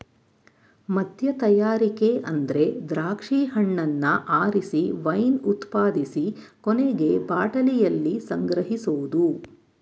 ಮದ್ಯತಯಾರಿಕೆ ಅಂದ್ರೆ ದ್ರಾಕ್ಷಿ ಹಣ್ಣನ್ನ ಆರಿಸಿ ವೈನ್ ಉತ್ಪಾದಿಸಿ ಕೊನೆಗೆ ಬಾಟಲಿಯಲ್ಲಿ ಸಂಗ್ರಹಿಸೋದು